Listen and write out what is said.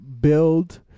build